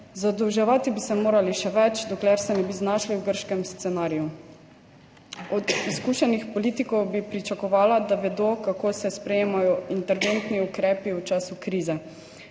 zadolževati bi se morali še več, dokler se ne bi znašli v grškem scenariju. Od izkušenih politikov bi pričakovala, da vedo, kako se sprejemajo interventni ukrepi v času krize.